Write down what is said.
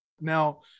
Now